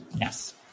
Yes